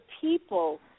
people